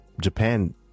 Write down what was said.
japan